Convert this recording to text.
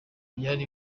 byari